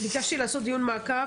ביקשתי לעשות דיון מעקב,